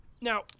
Now